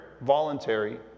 voluntary